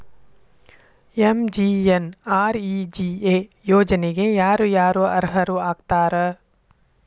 MGNREGA ಯೋಜನೆಗೆ ಯಾರ ಯಾರು ಅರ್ಹರು ಆಗ್ತಾರ?